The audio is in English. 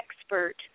expert